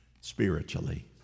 spiritually